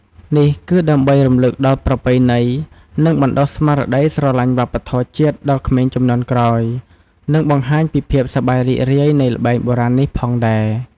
នេះគឺដើម្បីរំលឹកដល់ប្រពៃណី និងបណ្តុះស្មារតីស្រឡាញ់វប្បធម៌ជាតិដល់ក្មេងជំនាន់ក្រោយ និងបង្ហាញពីភាពសប្បាយរីករាយនៃល្បែងបុរាណនេះផងដែរ។